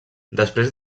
després